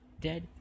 dead